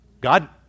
God